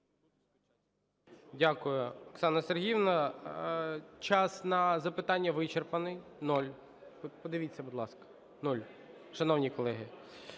Дякую, Оксана Сергіївна. Час на запитання вичерпаний, нуль. Подивіться, будь ласка, нуль, шановні колеги.